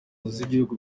z’igihugu